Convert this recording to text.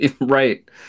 Right